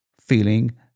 feeling